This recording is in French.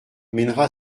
mènera